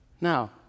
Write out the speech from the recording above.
Now